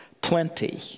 plenty